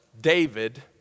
David